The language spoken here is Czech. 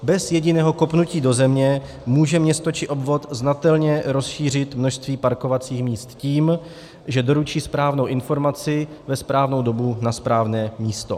Bez jediného kopnutí do země může město či obvod znatelně rozšířit množství parkovacích míst tím, že doručí správnou informaci ve správnou dobu na správné místo.